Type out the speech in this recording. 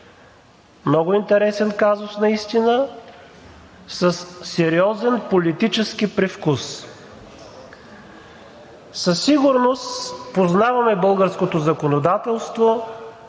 много интересен казус със сериозен политически привкус. Със сигурност познаваме българското законодателство,